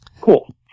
Cool